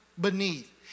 beneath